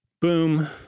boom